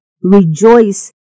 rejoice